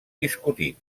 discutit